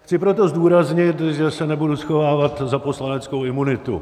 Chci proto zdůraznit, že se nebudu schovávat za poslaneckou imunitu.